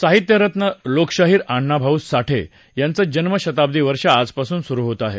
साहित्य रत्न लोकशाहीर अण्णाभाऊ साठे यांचं जन्म शताब्दी वर्ष आजपासून सुरू होत आहे